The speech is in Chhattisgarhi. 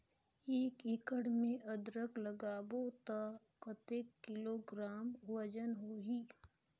एक एकड़ मे अदरक लगाबो त कतेक किलोग्राम वजन होही?